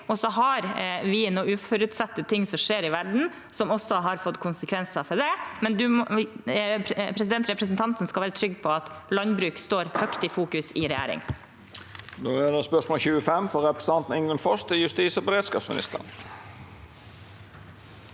så har vi noen utforutsette ting som skjer i verden, som også har fått konsekvenser for dette, men represen tanten skal være trygg på at landbruk i høy grad står i fokus i regjeringen.